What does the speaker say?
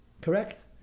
Correct